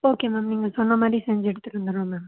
okay ma'am நீங்கள் சொன்ன மாதிரி செஞ்சு எடுத்துட்டு வந்துடுறோம் மேம்